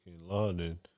London